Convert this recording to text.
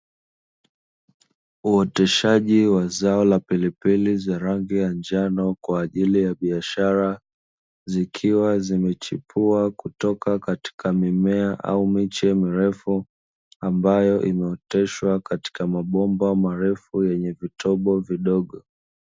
Uoteshajii wa zao la pilipili za rangi ya njano kwa ajili ya biashara, zikiwa zimechipua kutoka katika mimea au miche mirefu ambayo imeoteshwa katika mabomba marefu yenye vitobo vidogo.